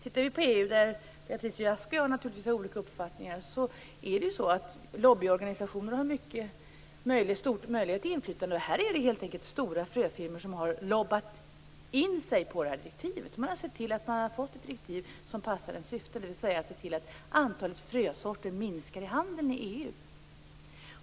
Ser vi på EU - och där har naturligtvis Beatrice Ask och jag olika uppfattningar - har lobbyorganisationer mycket stora möjligheter till inflytande. Här är det helt enkelt stora fröfirmor som har lobbat in sig på det här direktivet. De har sett till att de fått ett direktiv som passar deras syften, dvs. se till att antalet frösorter minskar i handeln i EU.